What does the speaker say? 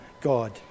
God